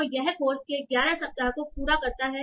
तो यह कोर्स के ग्यारह सप्ताह को पूरा करता है